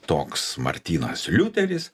toks martynas liuteris